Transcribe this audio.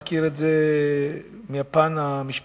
אני מכיר את זה מהפן המשפחתי,